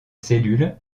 cellules